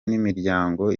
n’imiryango